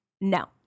No